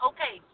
Okay